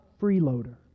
freeloader